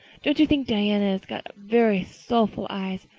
don't you think diana has got very soulful eyes?